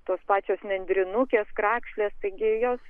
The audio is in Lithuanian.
tos pačios nendrinukės krakšlės taigi jos